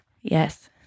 Yes